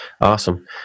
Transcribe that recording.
Awesome